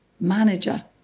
manager